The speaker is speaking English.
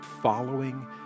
following